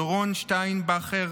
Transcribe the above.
דורון שטיינברכר,